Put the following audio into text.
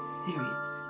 serious